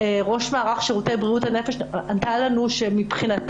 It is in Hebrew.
ראש מערך שירותי בריאות הנפש ענתה לנו שהיא